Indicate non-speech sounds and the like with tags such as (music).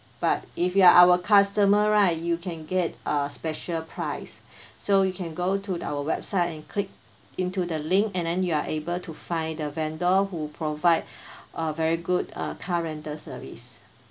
but if you are our customer right you can get a special price (breath) so you can go to our website and click into the link and then you are able to find the vendor who provide (breath) a very good uh car rental service